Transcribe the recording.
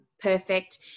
Perfect